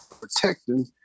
protecting